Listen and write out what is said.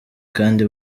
kandi